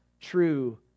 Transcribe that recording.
true